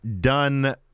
done